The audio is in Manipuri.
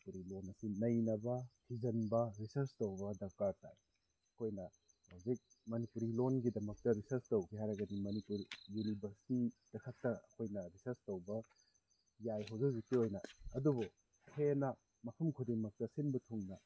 ꯃꯅꯤꯄꯨꯔꯤ ꯂꯣꯟ ꯑꯁꯤ ꯅꯩꯅꯕ ꯊꯤꯖꯤꯟꯕ ꯔꯤꯁ꯭ꯔꯁ ꯇꯧꯕ ꯗꯔꯀꯥꯔ ꯇꯥꯏ ꯑꯩꯈꯣꯏꯅ ꯍꯧꯖꯤꯛ ꯃꯅꯤꯄꯨꯔꯤ ꯂꯣꯟꯒꯤꯗꯃꯛꯇ ꯔꯤꯁ꯭ꯔꯁ ꯇꯧꯒꯦ ꯍꯥꯏꯔꯒꯗꯤ ꯃꯅꯤꯄꯨꯔꯤ ꯌꯨꯅꯤꯕꯔꯁꯤꯇꯤ ꯑꯩꯈꯣꯏꯅ ꯔꯤꯁ꯭ꯔꯁ ꯇꯧꯕ ꯌꯥꯏ ꯍꯧꯖꯤꯛ ꯍꯧꯖꯤꯛꯀꯤ ꯑꯣꯏꯅ ꯑꯗꯨꯕꯨ ꯍꯦꯟꯅ ꯃꯐꯝ ꯈꯨꯗꯤꯡꯃꯛꯇ ꯁꯤꯟꯕ ꯊꯨꯡꯅ